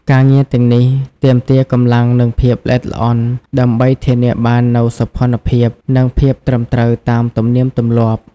ការងារទាំងនេះ ទាមទារកម្លាំង និងភាពល្អិតល្អន់ ដើម្បីធានាបាននូវសោភ័ណភាព និងភាពត្រឹមត្រូវតាមទំនៀមទម្លាប់។